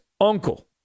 uncle